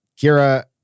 Kira